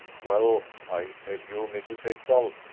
well, i'll tell you mrs. ekdal.